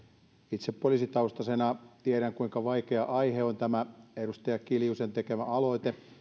itse poliisitaustaisena tiedän kuinka vaikea aihe tämä edustaja kiljusen tekemä aloite on